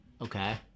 Okay